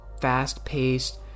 fast-paced